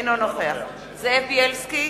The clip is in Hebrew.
אינו נוכח זאב בילסקי,